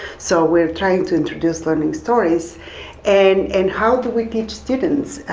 so we're trying to introduce learning stories and and how do we teach students?